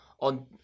on